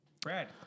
Brad